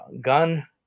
gun